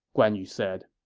guan yu said